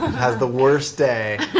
has the worst day.